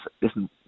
listen